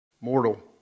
Mortal